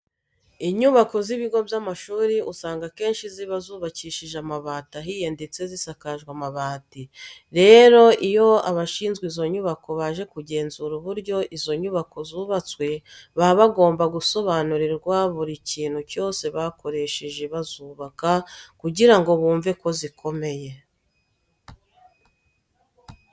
Inyubako z'ibigo by'amashuri usanga akenshi ziba zubakishije amatafari ahiye ndetse zisakajwe amabati. Rero iyo abashinzwe izo nyubako baje kugenzura uburyo izo nyubako zubatswe baba bagomba gusobanurirwa buri kintu cyose bakoresheje bazubaka kugira ngo bumve ko zikomeye.